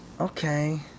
okay